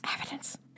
Evidence